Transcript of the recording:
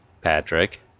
Patrick